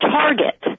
target